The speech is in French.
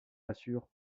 assure